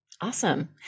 Awesome